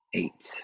eight